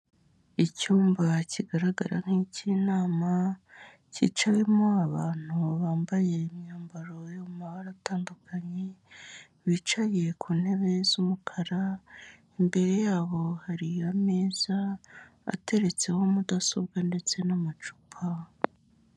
Icyumba kigaragara nk'icy'inama, cyiciwemo abantu bambaye imyambaro yo mu mabara atandukanye, bicaye ku ntebe z'umukara, imbere yabo hari ameza ateretseho mudasobwa ndetse n'amacupa.